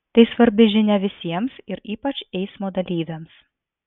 tai svarbi žinia visiems ir ypač eismo dalyviams